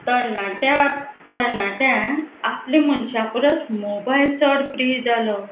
तरणाट्या तरणाट्यान आपले मनशां परस मोबायल चड प्रिय जालो